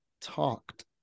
talked